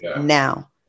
now